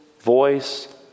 voice